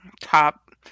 top